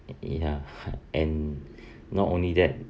ya and not only that